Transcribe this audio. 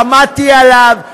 שמעתי עליו,